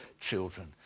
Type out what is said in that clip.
children